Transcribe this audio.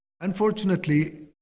unfortunately